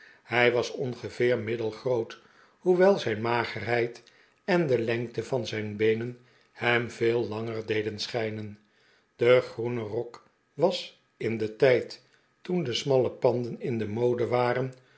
hij was ongeveer middelgroot hoewel zijn magerheid en de lengte van zijn beenen hem veel langerdeden schijnen de groene rok was in den tijd toen de smalle panden in de mode waren